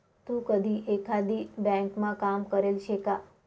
तू कधी एकाधी ब्यांकमा काम करेल शे का?